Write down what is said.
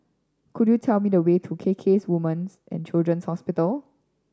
could you tell me the way to K K Women's And Children's Hospital